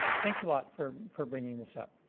thanks a lot for for bringing this up.